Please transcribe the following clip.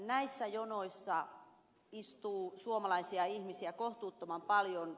näissä jonoissa istuu suomalaisia ihmisiä kohtuuttoman paljon